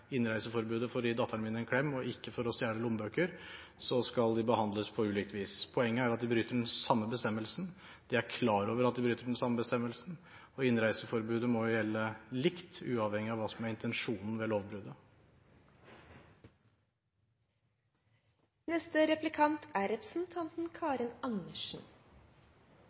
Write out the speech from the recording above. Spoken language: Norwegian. innreiseforbudet for å gi datteren sin en klem og ikke for å stjele lommebøker, så skal de behandles på ulikt vis. Poenget er at de bryter den samme bestemmelsen, og de er klar over at de bryter den samme bestemmelsen. Innreiseforbudet må gjelde likt uavhengig av hva som er intensjonen ved